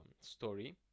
story